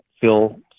Phil